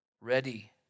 ready